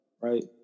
right